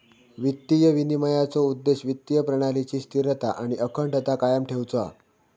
वित्तीय विनिमयनाचो उद्देश्य वित्तीय प्रणालीची स्थिरता आणि अखंडता कायम ठेउचो हा